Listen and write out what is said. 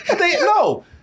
No